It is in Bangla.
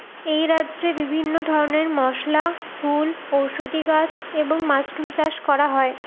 এই রাজ্যে বিভিন্ন ধরনের মসলা ফুল ঔষধি গাছ এবং মাশরুম চাষ করা হয়